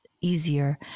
easier